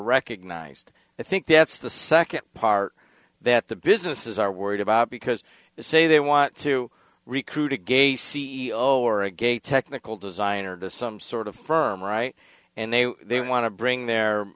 recognized i think that's the second part that the businesses are worried about because they say they want to recruit a gay c e o or a gay technical design or to some sort of firm right and they they want to bring their